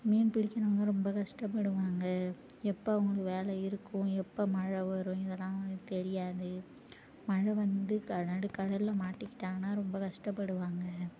மீன் பிடிக்கும் போது ரொம்ப கஷ்டப்படுவாங்க எப்போ அவங்க வேலை இருக்கும் எப்போ மழை வரும் இதெல்லாம் அவங்களுக்கு தெரியாது மழை வந்து க நடுக்கடலில் மாட்டிக்கிட்டாங்கன்னா ரொம்ப கஷ்டப்படுவாங்க